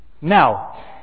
Now